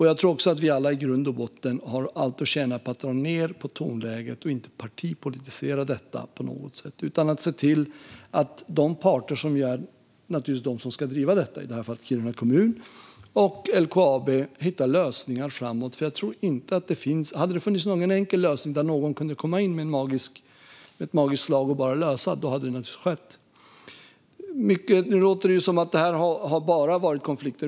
Jag tror också att vi alla i grund och botten har allt att tjäna på att dra ned på tonläget och inte partipolitisera detta på något sätt utan se till att de parter som ska driva detta, i det här fallet Kiruna kommun och LKAB, hittar lösningar framåt. Hade det funnits någon enkel lösning där någon kunde komma in med ett magiskt slag och bara lösa det hade det naturligtvis skett. Nu låter det som att det bara har varit konflikter.